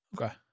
Okay